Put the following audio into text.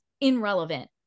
irrelevant